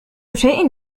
شيء